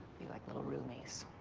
be like little roomies.